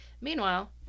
Meanwhile